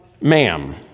ma'am